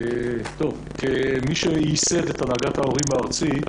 כמי שייסד את הנהגת ההורים הארצית,